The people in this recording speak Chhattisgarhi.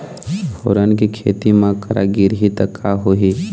फोरन के खेती म करा गिरही त का होही?